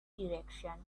direction